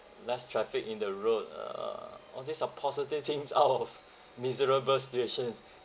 less traffic in the road ah uh all these are positive things out of miserable situations